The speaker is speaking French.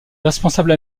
responsables